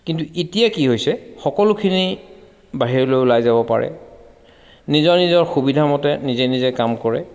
কিন্তু এতিয়া কি হৈছে সকলোখিনি বাহিৰলৈ ওলাই যাব পাৰে নিজৰ নিজৰ সুবিধা মতে নিজে নিজে কাম কৰে